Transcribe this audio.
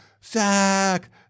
sack